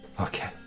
Okay